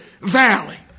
valley